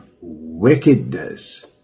wickedness